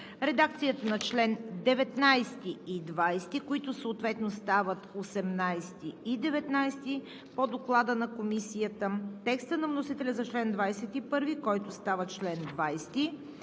редакцията на чл. 19 и 20, които съответно стават членове 18 и 19 по Доклада на Комисията; текста на вносителя за чл. 21, който става чл. 20;